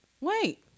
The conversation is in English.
Wait